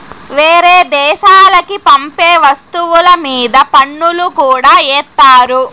వేరే దేశాలకి పంపే వస్తువుల మీద పన్నులు కూడా ఏత్తారు